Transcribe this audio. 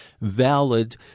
valid